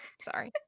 sorry